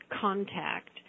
contact